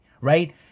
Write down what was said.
right